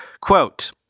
Quote